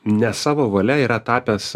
ne savo valia yra tapęs